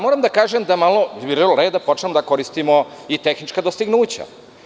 Moram da kažem da je red da počnemo da koristimo tehnička dostignuća.